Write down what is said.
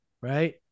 Right